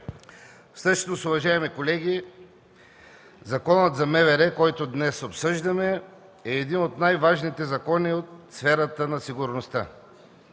Всъщност, уважаеми колеги, Законът за МВР, който днес обсъждаме, е един от най-важните закони в сферата на сигурността.